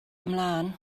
ymlaen